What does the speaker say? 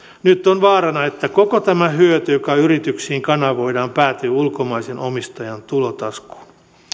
nyt on vaarana että koko tämä hyöty joka yrityksiin kanavoidaan päätyy ulkomaisen omistajan tulotaskuun